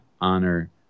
honor